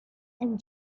and